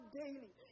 daily